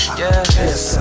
yes